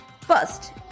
first